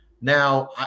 Now